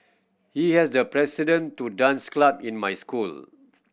he has the president to dance club in my school